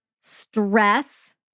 stress